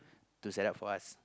to set up for us